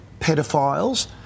pedophiles